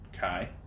Kai